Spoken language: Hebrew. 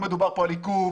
לא מדובר כאן על עיכוב,